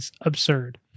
absurd